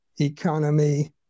economy